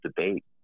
debate